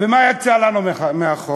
ומה יצא לנו מהחוק?